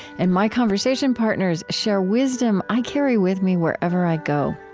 and my conversation partners share wisdom i carry with me wherever i go.